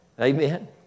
Amen